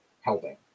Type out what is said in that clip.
helping